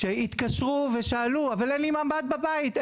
שהתקשרו ושאלו אבל אין לי ממ"ד בבית,